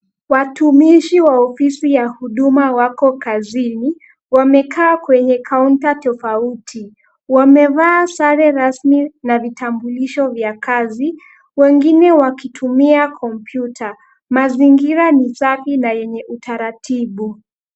Watumishi wa ofisi ya huduma wako kazini wamekaa kwenye counter tofauti. Wamevaa sare rasmi na vitambulisho vya kazi, wengine wakitumia computer . Mazingira ni safi na yenye utaratibu.